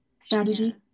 strategy